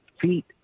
feet